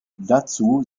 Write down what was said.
dazu